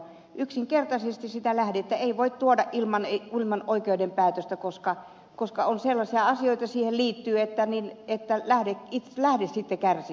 yksinkertaisesti sitä lähdettä ei voi tuoda esiin ilman oikeuden päätöstä koska siihen liittyy sellaisia asioita että lähde sitten kärsisi